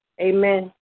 amen